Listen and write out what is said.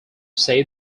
save